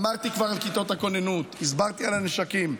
אמרתי כבר על כיתות הכוננות, הסברתי על הנשקים.